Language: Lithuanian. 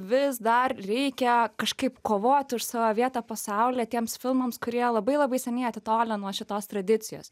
vis dar reikia kažkaip kovot už savo vietą po saule tiems filmams kurie labai labai seniai atitolę nuo šitos tradicijos